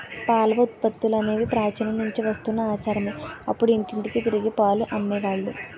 పాల ఉత్పత్తులనేవి ప్రాచీన నుంచి వస్తున్న ఆచారమే అప్పుడు ఇంటింటికి తిరిగి పాలు అమ్మే వాళ్ళు